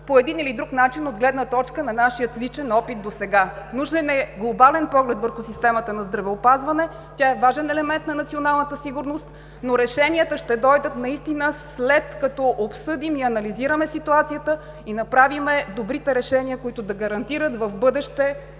по един или друг начин от гледна точка на нашия личен опит досега. Нужен е глобален поглед върху системата на здравеопазване. Тя е важен елемент на националната сигурност, но решенията ще дойдат, след като обсъдим и анализираме ситуацията и направим добрите решения, които да гарантират в бъдеще